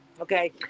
Okay